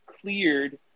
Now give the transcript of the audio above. cleared